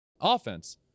offense